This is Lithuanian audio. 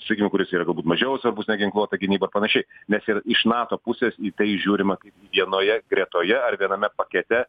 sakykim kuris yra galbūt mažiau svarbus neginkluota gynyba ir panaši nes ir iš nato pusės į tai žiūrima kaip vienoje gretoje ar viename pakete